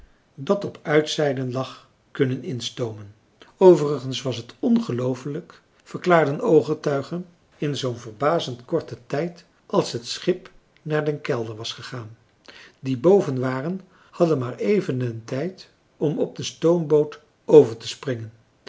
dat op uitzeilen lag kunnen instoomen overigens was het ongelooflijk verklaarden ooggetuigen in zoo'n verbazend korten tijd als het schip naar den kelder was gegaan die boven waren hadden maar even den tijd om op de stoomboot over te springen